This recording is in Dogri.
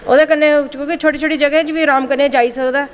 ओह्दे कन्नै छोटी छोटी जगह बी अराम कन्नै जाई सकदा ऐ